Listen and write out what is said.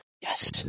Yes